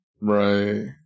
Right